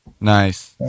nice